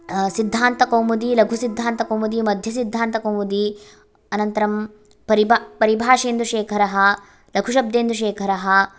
सिद्धान्तकौमुदी लघुसिद्धान्तकौमुदी मध्यसिद्धान्तकौमुदी अनन्तरं परिब परिभाषेन्दुशेखरः लघुशब्देन्दुशेखरः